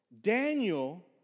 Daniel